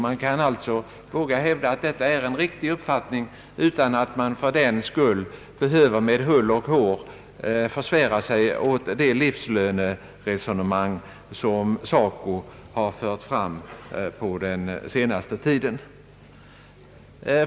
Man kan alltså våga hävda att detta är en riktig uppfattning utan att man fördenskull behöver med hull och hår försvära sig åt det livslöneresonemang som SACO fört fram på senare tid.